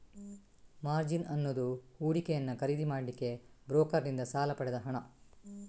margin ಅನ್ನುದು ಹೂಡಿಕೆಯನ್ನ ಖರೀದಿ ಮಾಡ್ಲಿಕ್ಕೆ ಬ್ರೋಕರನ್ನಿಂದ ಸಾಲ ಪಡೆದ ಹಣ